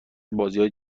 بازیای